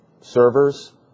servers